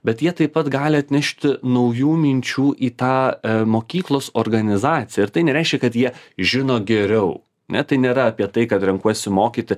bet jie taip pat gali atnešti naujų minčių į tą mokyklos organizaciją ir tai nereiškia kad jie žino geriau ne tai nėra apie tai kad renkuosi mokyti